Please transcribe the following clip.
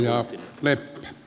herra puhemies